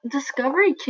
Discovery